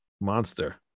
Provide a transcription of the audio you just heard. Monster